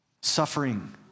suffering